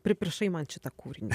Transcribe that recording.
pripiršai man šitą kūrinį